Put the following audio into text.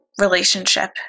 relationship